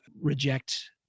reject